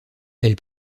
elle